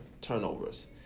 turnovers